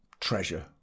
treasure